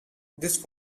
this